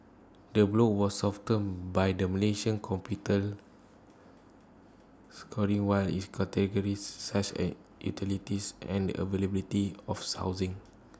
the blow was softened by the Malaysian capital scoring why is categories such A utilities and the availability of housing